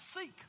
seek